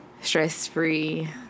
stress-free